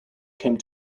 came